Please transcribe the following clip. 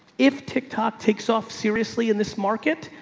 if tick top takes off seriously in this market,